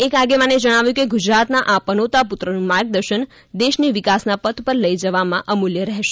એક આગેવાને જણાવ્યું કે ગુજરાતના આ પનોતા પુત્રનું માર્ગદર્શન દેશને વિકાસના પથ પર લઇ જવામાં અમૂલ્ય રહેશે